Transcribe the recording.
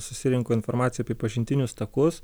susirenku informaciją apie pažintinius takus